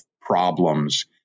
problems